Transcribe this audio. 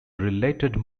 related